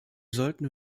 sollten